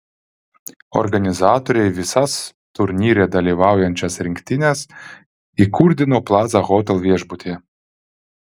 organizatoriai visas turnyre dalyvaujančias rinktines įkurdino plaza hotel viešbutyje